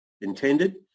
intended